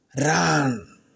run